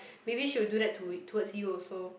maybe she will do that to towards you also